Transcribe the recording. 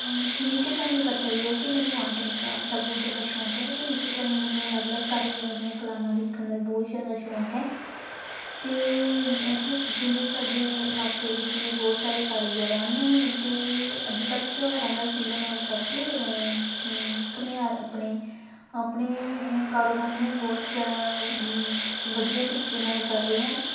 ਜਿਵੇਂ ਕਿ ਤੁਹਾਨੂੰ ਪਤਾ ਹੀ ਹੈ ਕਿ ਮੈਨੂੰ ਆਰਟ ਐਂਡ ਕਰਾਫਟ ਦਾ ਬਹੁਤ ਜ਼ਿਆਦਾ ਸ਼ੌਕ ਹੈ ਅਤੇ ਇਸ ਤਰ੍ਹਾਂ ਹੀ ਮੈਨੂੰ ਅਲੱਗ ਅਲੱਗ ਕਾਰੀਗਰਾਂ ਦੀਆਂ ਕਲਾਮਾਂ ਦੇਖਣ ਦਾ ਵੀ ਬਹੁਤ ਜ਼ਿਆਦਾ ਸ਼ੌਕ ਹੈ ਅਤੇ ਇੱਥੇ ਸ ਜਿਵੇਂ ਸਾਡੇ ਇਲਾਕੇ ਵਿੱਚ ਵੀ ਬਹੁਤ ਸਾਰੇ ਕਾਰੀਗਰ ਹਨ ਅਤੇ ਅੱਜ ਕੱਲ੍ਹ ਤਿਉਹਾਰਾਂ ਦਾ ਸੀਜ਼ਨ ਹੋਣ ਕਰਕੇ ਘੁਮਿਆਰ ਆਪਣੇ ਆਪਣੇ ਕਾਰੋਬਾਰ ਨੂੰ ਬਹੁਤ ਜ਼ਿਆਦਾ ਵਧੀਆ ਤਰੀਕੇ ਨਾਲ ਕਰ ਰਹੇ ਹਨ